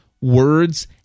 words